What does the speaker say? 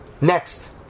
Next